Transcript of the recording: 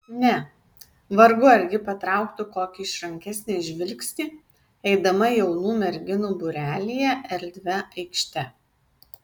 ne vargu ar ji patrauktų kokį išrankesnį žvilgsnį eidama jaunų merginų būrelyje erdvia aikšte